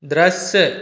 दृश्य